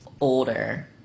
older